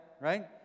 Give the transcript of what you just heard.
right